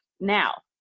now